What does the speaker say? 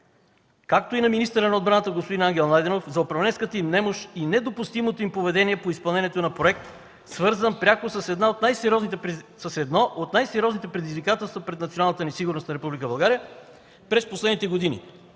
както и на министъра на отбраната господин Ангел Найденов за управленската им немощ и недопустимото им поведение по изпълнението на проект, свързан пряко с едно от най-сериозните предизвикателства пред националната сигурност на Република България през последните години,